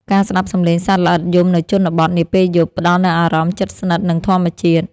ការស្តាប់សំឡេងសត្វល្អិតយំនៅជនបទនាពេលយប់ ផ្តល់នូវអារម្មណ៍ជិតស្និទ្ធនឹងធម្មជាតិ។